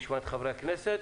בבקשה.